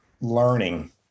learning